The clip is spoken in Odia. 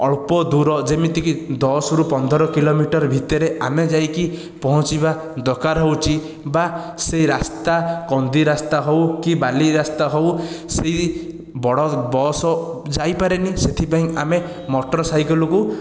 ଅଳ୍ପ ଦୂର ଯେମିତିକି ଦଶରୁ ପନ୍ଦର କିଲୋମିଟର ଭିତରେ ଆମେ ଯାଇକି ପହଞ୍ଚିବା ଦରକାର ହେଉଛି ବା ସେ ରାସ୍ତା କନ୍ଦି ରାସ୍ତା ହେଉ କି ବାଲି ରାସ୍ତା ହେଉ ସେହି ବଡ଼ ବସ୍ ଯାଇପାରେନି ସେଥିପାଇଁ ଆମେ ମୋଟର ସାଇକେଲକୁ